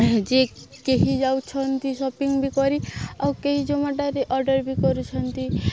ଯେ କେହି ଯାଉଛନ୍ତି ସପିଂ ବି କରି ଆଉ କେହି ଜୋମାଟୋରେ ଅର୍ଡ଼ର୍ ବି କରୁଛନ୍ତି